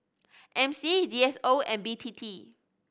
M C D S O and B T T